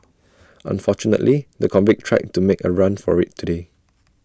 unfortunately the convict tried to make A run for IT today